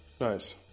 Nice